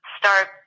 start